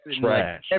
Trash